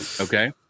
Okay